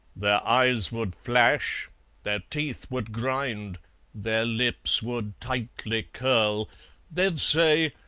their eyes would flash their teeth would grind their lips would tightly curl they'd say,